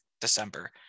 December